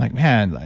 like man, like